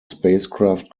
spacecraft